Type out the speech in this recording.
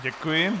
Děkuji.